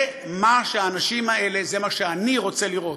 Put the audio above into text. זה מה שהאנשים האלה, זה מה שאני רוצה לראות.